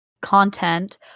content